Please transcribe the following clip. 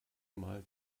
mal